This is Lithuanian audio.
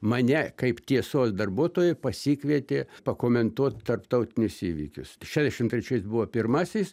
mane kaip tiesos darbuotoją pasikvietė pakomentuot tarptautinius įvykius šedešim trečiais buvo pirmasis